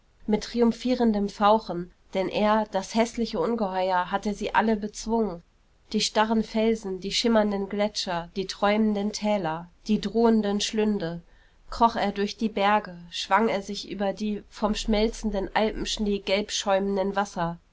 mit triumphierendem fauchen denn er das häßliche ungeheuer hat sie alle bezwungen die starren felsen die schimmernden gletscher die träumenden täler die drohenden schlünde kroch er durch die berge schwang er sich über die vom schmelzenden alpenschnee gelb schäumenden wasser